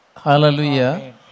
Hallelujah